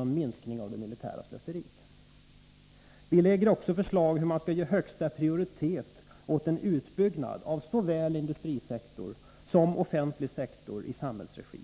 och minskning av det militära slöseriet. Vi lägger också fram förslag om hur man skall ge högsta prioritet åt en utbyggnad av såväl industrisektor som offentlig sektor i samhällsregi.